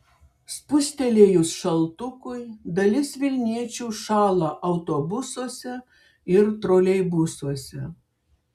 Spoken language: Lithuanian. spustelėjus šaltukui dalis vilniečių šąla autobusuose ir troleibusuose